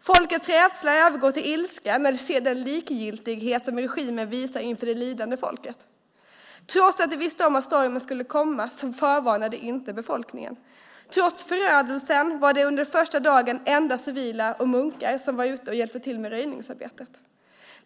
Folkets rädsla övergår till ilska när de ser den likgiltighet som regimen visar inför det lidande folket. Trots att de visste om att stormen skulle komma förvarnade de inte befolkningen. Trots förödelsen var det under första dagen endast civila och munkar som var ute och hjälpte till med röjningsarbetet.